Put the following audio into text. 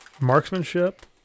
marksmanship